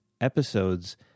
episodes